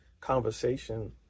conversation